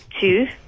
Two